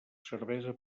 cervesa